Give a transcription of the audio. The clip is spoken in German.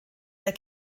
der